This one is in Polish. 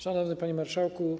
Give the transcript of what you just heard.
Szanowny Panie Marszałku!